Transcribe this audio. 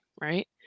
right